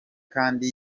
kandi